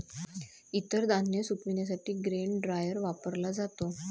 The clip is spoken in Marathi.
इतर धान्य सुकविण्यासाठी ग्रेन ड्रायर वापरला जातो